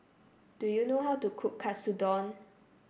do you know how to cook Katsudon